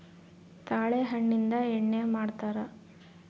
ತಾಳೆ ಹಣ್ಣಿಂದ ಎಣ್ಣೆ ಮಾಡ್ತರಾ